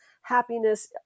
happiness